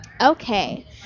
okay